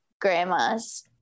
grandmas